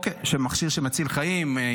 המכשיר שמציל חיים.